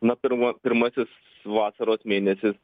na pirma pirmasis vasaros mėnesis